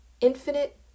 infinite